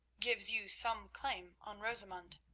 gives you some claim on rosamund.